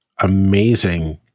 amazing